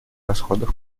расходов